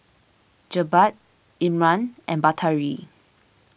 Jebat Imran and Batari